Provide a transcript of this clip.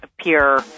appear